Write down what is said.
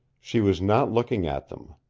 she was not looking at them.